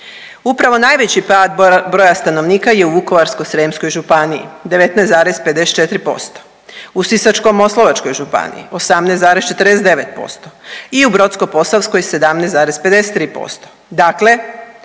Upravo najveći pad broja stanovnika je u Vukovarsko-srijemskoj županiji 19,54%, u Sisačko-moslavačkoj županiji 18,49% i u Brodsko-posavskoj 17,53%.